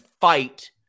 fight